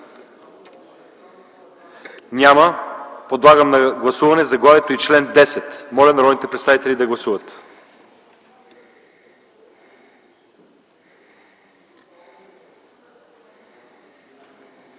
Няма. Подлагам на гласуване заглавието и чл. 30. Моля народните представители да гласуват.